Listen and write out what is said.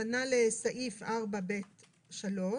הכוונה היא לסעיף 4(ב)(3),